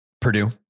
Purdue